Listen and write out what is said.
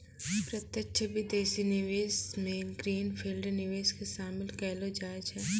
प्रत्यक्ष विदेशी निवेश मे ग्रीन फील्ड निवेश के शामिल केलौ जाय छै